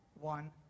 one